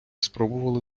спробували